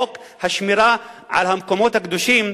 חוק שמירה על המקומות הקדושים,